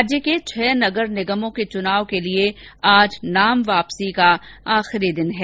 राज्य के छह नगर निगमों के चुनाव के लिए आज नाम वापसी का आखरी दिन है